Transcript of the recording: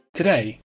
Today